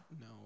No